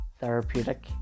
therapeutic